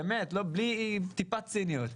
באמת, בלי טיפת ציניות.